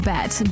Bet